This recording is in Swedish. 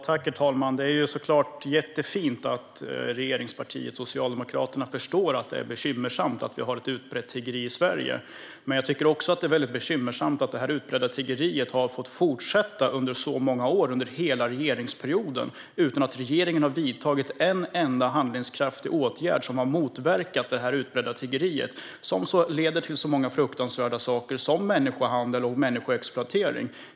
Herr talman! Det är såklart jättefint att regeringspartiet Socialdemokraterna förstår att det är bekymmersamt att vi har ett utbrett tiggeri i Sverige. Men jag tycker att det också är bekymmersamt att detta tiggeri har fått fortsätta under så många år, under hela regeringsperioden, utan att regeringen har vidtagit en enda handlingskraftig åtgärd som har motverkat det utbredda tiggeri som leder till så många fruktansvärda saker som människohandel och människoexploatering.